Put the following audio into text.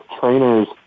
trainers